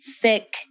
thick